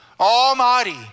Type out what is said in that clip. Almighty